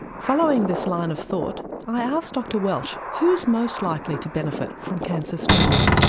following this line of thought i asked dr welch, who's most likely to benefit from cancer screening?